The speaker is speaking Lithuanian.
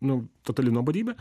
nu totali nuobodybė